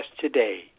today